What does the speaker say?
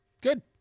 Good